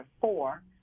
four